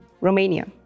Romania